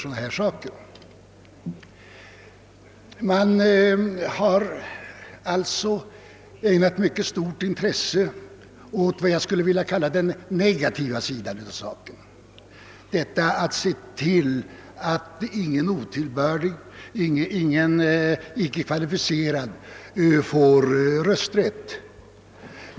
Man har under årens lopp ägnat mycket stort intresse åt vad jag skulle vilja kalla den negativa sidan av saken — att se till att ingen otillbörlig, ingen icke kvalificerad får rösträtt.